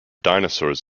dinosaurs